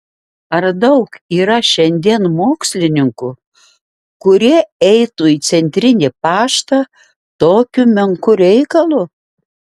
ar daug yra šiandien mokslininkų kurie eitų į centrinį paštą tokiu menku reikalu